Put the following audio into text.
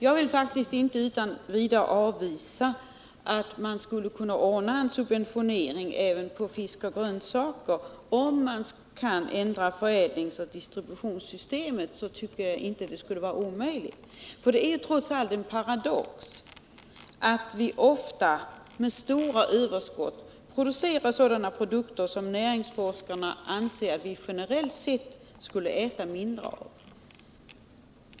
Jag avvisar faktiskt inte utan vidare förslaget om en subventionering även när det gäller fisk och grönsaker. Om man kunde ändra förädlingsoch distributionssystemet tror jag att det skulle vara möjligt. Det är trots allt en paradox att vi ofta med stora överskott producerar sådant som näringsforskarna anser att vi generellt sett borde äta mindre av.